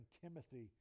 Timothy